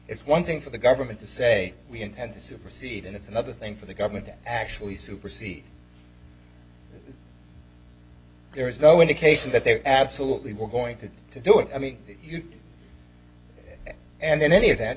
it's one thing for the government to say we intend to supersede and it's another thing for the government to actually supersede there is no indication that they absolutely were going to to do it i mean you and in any of that